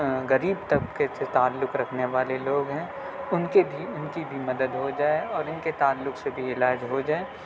غریب طبقے سے تعلق رکھنے والے لوگ ہیں ان کے بھی ان کی بھی مدد ہو جائے اور ان کے تعلق سے بھی علاج ہو جائے